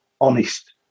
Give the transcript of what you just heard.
honest